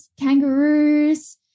kangaroos